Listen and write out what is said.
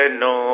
no